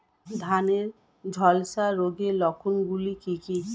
ধানের ঝলসা রোগের লক্ষণগুলি কি কি?